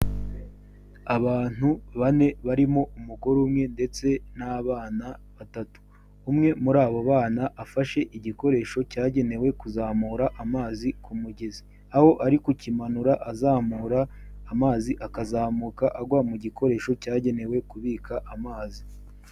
Abantu bane barimo umugore umwe ndetse n'abana batatu, umwe muri abo bana afashe igikoresho cyagenewe kuzamura amazi ku mugezi aho ari kukimanura azamura amazi akazamuka agwa mu gikoresho cyagenewe kubika amazi.